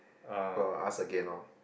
will ask again lor